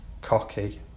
cocky